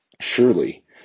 Surely